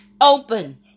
Open